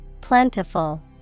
Plentiful